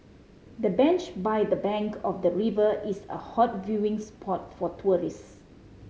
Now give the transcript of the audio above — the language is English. the bench by the bank of the river is a hot viewing spot for tourist